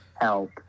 Help